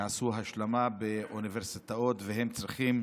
שעשו השלמה באוניברסיטאות והם צריכים